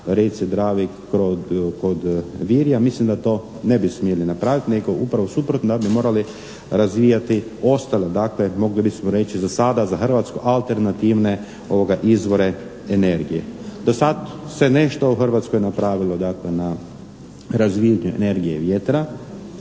rijeci Dravi kod Virja. Mislim da to ne bi smjeli napraviti nego upravo suprotno da bi morali razvijati ostale, mogli bismo reći za sada za Hrvatsku, alternativne izvore energije. Do sad se nešto u Hrvatskoj napravilo na razvijanju energije vjetra,